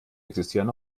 existieren